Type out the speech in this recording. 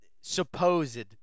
supposed